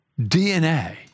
DNA